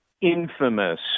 Infamous